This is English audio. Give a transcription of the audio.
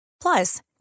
Plus